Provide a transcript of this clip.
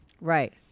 Right